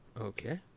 Okay